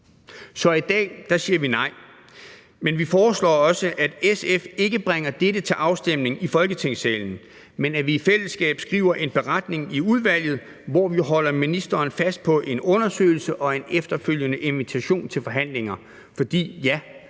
Så i dag siger vi nej. Men vi foreslår også, at SF ikke bringer dette til afstemning i Folketingssalen, men at vi i fællesskab skriver en beretning i udvalget, hvor vi holder ministeren fast på en undersøgelse og en efterfølgende invitation til forhandlinger. For ja,